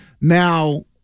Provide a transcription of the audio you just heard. now